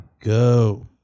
Go